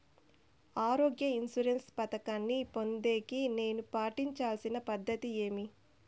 ఆరోగ్య ఇన్సూరెన్సు పథకాన్ని పొందేకి నేను పాటించాల్సిన పద్ధతి ఏమి?